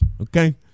okay